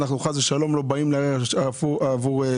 אנחנו חס ושלום לא באים נגד שום אוכלוסייה,